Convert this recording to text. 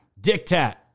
Dictate